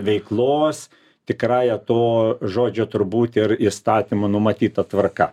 veiklos tikrąja to žodžio turbūt ir įstatymo numatyta tvarka